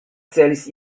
celis